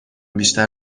بیشتر